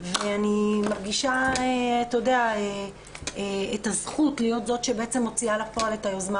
ואני מרגישה את הזכות להיות זאת שבעצם מוציאה לפועל את היוזמה